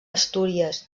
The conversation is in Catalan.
astúries